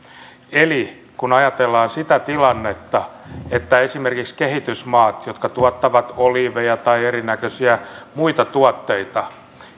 eli kun ajatellaan sitä tilannetta että esimerkiksi kehitysmaat jotka tuottavat oliiveja tai erinäköisiä muita tuotteita